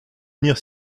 venir